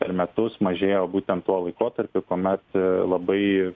per metus mažėjo būtent tuo laikotarpiu kuomet labai